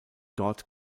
dort